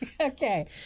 Okay